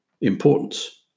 Importance